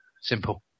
Simple